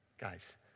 Guys